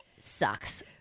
sucks